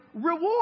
reward